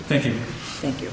thank you thank you